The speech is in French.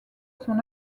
son